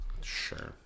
Sure